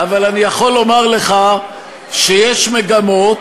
אבל אני יכול לומר לך שיש מגמות,